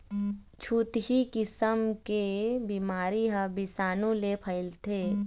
छुतही किसम के बिमारी ह बिसानु ले फइलथे